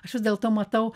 aš vis dėlto matau